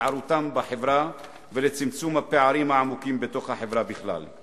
להתערותם בחברה ולצמצום הפערים העמוקים בתוך החברה בכלל.